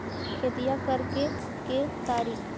खेतिया करेके के तारिका?